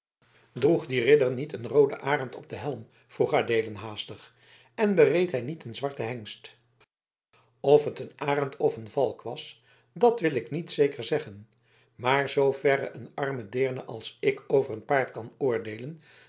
droeg die ridder niet een rooden arend op den helm vroeg adeelen haastig en bereed hij niet een zwarten hengst of t een arend of een valk was dat wil ik niet zeker zeggen maar zooverre een arme deerne als ik over een paard kan oordeelen